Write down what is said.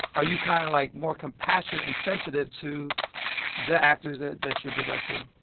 are you kind of like more compassionate and sensitive to the actors that that you're directing?